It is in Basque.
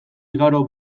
igaro